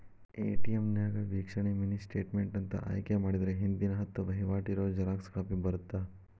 ATM ನ್ಯಾಗ ವೇಕ್ಷಣೆ mini statement ಅಂತ ಆಯ್ಕೆ ಮಾಡಿದ್ರ ಹಿಂದಿನ ಹತ್ತ ವಹಿವಾಟ್ ಇರೋ ಜೆರಾಕ್ಸ್ ಕಾಪಿ ಬರತ್ತಾ